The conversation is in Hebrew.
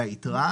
היתרה.